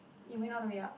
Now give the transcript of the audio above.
you went all the way up